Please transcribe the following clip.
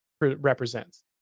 represents